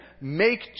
make